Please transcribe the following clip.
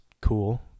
cool